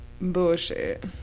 Bullshit